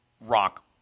rock